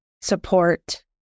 support